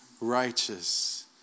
righteous